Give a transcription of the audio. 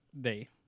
day